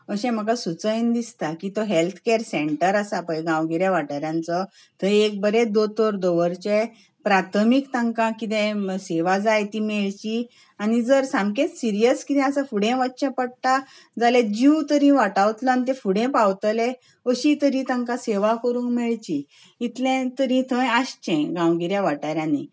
अशें म्हाका सुचयन दिसता की तो हॅल्थ कॅर सेंटर आसा पय गांवगिऱ्या वाठारांचो थंय एक बरे दोतोर दवरचे प्राथमीक तांकां कितें सेवा जाय ती मेळची आनी जर सामकेंच सिरियस कितें आसा फुडें वचचें पडटा जाल्यार जीव तरी वाटावतलो ते फुडें पावतले अशी तरी तांकां सेवा करूंक मेळची हें तरी थंय आसचें गांवगिऱ्या वाठारांनी